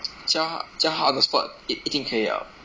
教他教他 on the spot 一定可以了